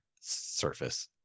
surface